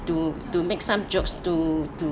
to to make some jokes to to